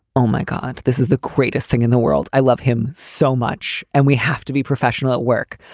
oh, my god, this is the greatest thing in the world. i love him so much. and we have to be professional at work.